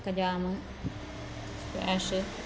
ചക്ക jam squash